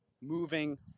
moving